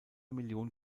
million